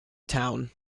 town